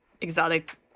exotic